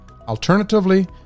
Alternatively